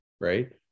right